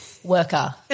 worker